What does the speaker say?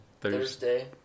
Thursday